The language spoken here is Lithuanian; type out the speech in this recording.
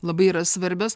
labai yra svarbios